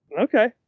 Okay